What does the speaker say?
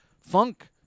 funk